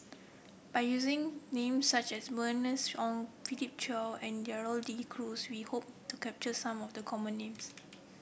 by using names such as Bernice Ong Philip Chia and Gerald De Cruz we hope to capture some of the common names